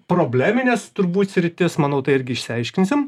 problemines turbūt sritis manau tai irgi išsiaiškinsim